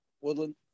Woodland